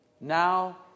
Now